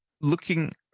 Looking